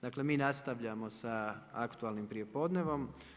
Dakle, mi nastavljamo sa aktualnim prijepodnevom.